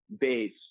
base